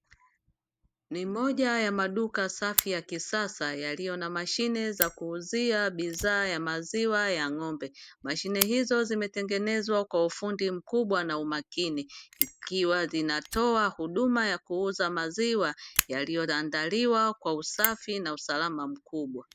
Ni moja ya maduka safi ya kisasa yaliyo na mashine za kuuzia bidhaa ya maziwa ya ng'ombe. Mashine hizo zimetengenezwa kwa ufundi mkubwa na umakini, ikiwa zinatoa huduma ya kuuza maziwa yaliyoandaliwa kwa usafi na usalama mkubwa.